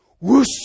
whoosh